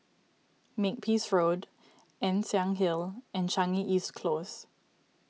Makepeace Road Ann Siang Hill and Changi East Close